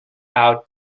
out